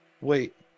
Wait